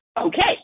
okay